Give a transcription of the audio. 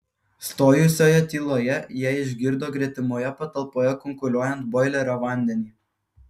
stojusioje tyloje jie išgirdo gretimoje patalpoje kunkuliuojant boilerio vandenį